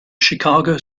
chicago